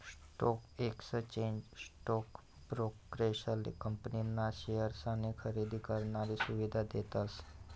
stock exchange stock ब्रोकरेसले company ना शेअर्सनी खरेदी करानी सुविधा देतस